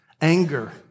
anger